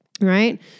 right